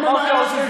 אמרת,